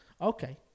Okay